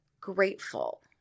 grateful